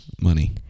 money